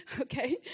Okay